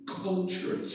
culture